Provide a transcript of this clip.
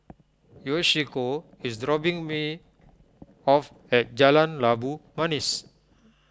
Yoshiko is dropping me off at Jalan Labu Manis